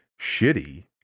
shitty